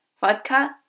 Vodka